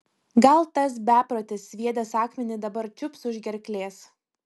gal tas beprotis sviedęs akmenį dabar čiups už gerklės